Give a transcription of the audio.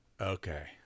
Okay